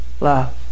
love